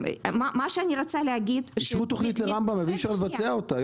יש תוכנית לרמב"ם ואי אפשר לבצע אותה.